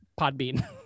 Podbean